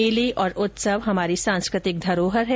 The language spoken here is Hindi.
मेले और उत्सव हमारी सांस्कृतिक धरोहर हैं